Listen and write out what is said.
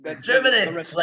Germany